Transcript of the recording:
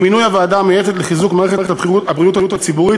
עם מינוי הוועדה המייעצת לחיזוק מערכת הבריאות הציבורית,